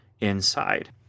inside